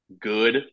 good